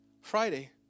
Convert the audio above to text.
Friday